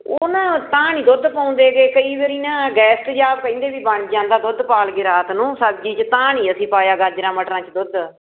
ਉਹ ਨਾ ਤਾਂ ਨਹੀਂ ਦੁੱਧ ਪਾਉਂਦੇ ਹੈਗੇ ਕਈ ਵਾਰੀ ਨਾ ਗੈਸ ਤੇਜ਼ਾਬ ਕਹਿੰਦੇ ਬਈ ਬਣ ਜਾਂਦਾ ਦੁੱਧ ਪਾਲ ਕੇ ਰਾਤ ਨੂੰ ਸਬਜ਼ੀ 'ਚ ਤਾਂ ਨਹੀਂ ਅਸੀਂ ਪਾਇਆ ਗਾਜਰਾਂ ਮਟਰਾਂ 'ਚ ਦੁੱਧ